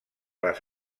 les